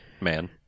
Man